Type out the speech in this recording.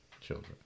Children